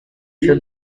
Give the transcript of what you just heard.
two